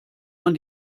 man